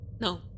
No